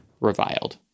reviled